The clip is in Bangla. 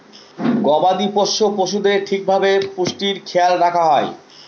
গবাদি পোষ্য পশুদের ঠিক ভাবে পুষ্টির খেয়াল রাখা হয়